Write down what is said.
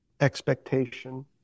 expectation